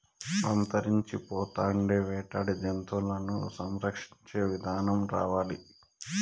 అంతరించిపోతాండే వేటాడే జంతువులను సంరక్షించే ఇదానం రావాలి